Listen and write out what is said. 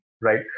right